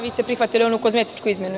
Vi ste prihvatili onu kozmetičku izmenu.